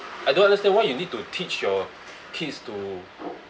I don't understand why you need to teach your kids to